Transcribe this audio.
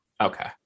Okay